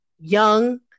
young